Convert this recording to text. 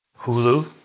Hulu